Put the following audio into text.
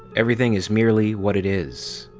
everything is merely what it is.